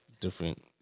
different